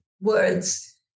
words